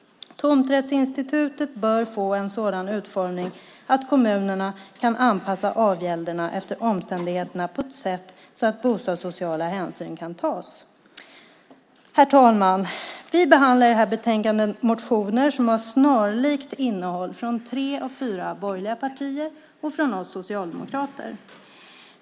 Tomträttsinstitutet bör få en sådan utformning att kommunerna kan anpassa avgälderna efter omständigheterna på ett sådant sätt att bostadssociala hänsyn kan tas. Herr talman! Vi behandlar i det här betänkandet motioner som har snarlikt innehåll från tre av fyra borgerliga partier och från oss socialdemokrater.